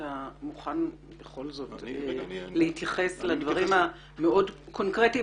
אתה מוכן להתייחס לדברים המאוד קונקרטיים?